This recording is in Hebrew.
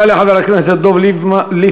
תודה לחבר הכנסת דב ליפמן.